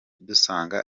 dusanga